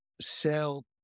sell